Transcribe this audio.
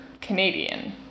Canadian